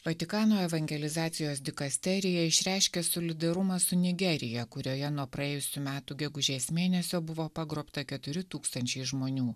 vatikano evangelizacijos dikasterija išreiškė solidarumą su nigerija kurioje nuo praėjusių metų gegužės mėnesio buvo pagrobta keturi tūkstančiai žmonių